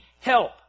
help